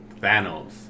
Thanos